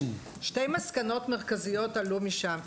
שתי מסקנות מרכזיות עלו משם.